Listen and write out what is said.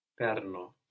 Perno